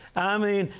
i mean,